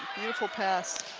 beautiful pass.